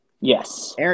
Yes